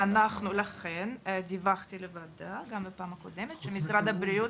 לכן דיווחתי לוועדה גם בפעם הקודמת שמשרד הבריאות